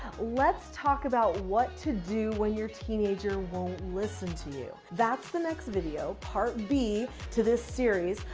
let's talk about what to do when your teenager won't listen to you. that's the next video, part b to this series.